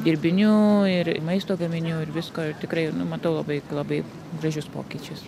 dirbinių ir maisto gaminių ir visko tikrai nu matau labai labai gražius pokyčius